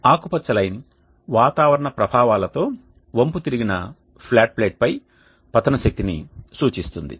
ఆకుపచ్చ లైన్ వాతారణ ప్రభావాలతో వంపు తిరిగిన ఫ్లాట్ ప్లేట్ పై పతన శక్తిని సూచిస్తుంది